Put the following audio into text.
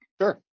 Sure